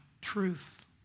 truth